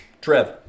Trev